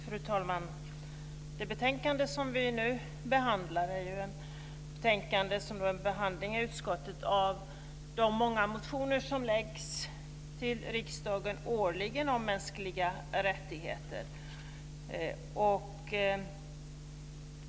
Fru talman! Det betänkande som vi nu behandlar är ett betänkande där utskottet behandlar de många motioner som väcks i riksdagen årligen om mänskliga rättigheter.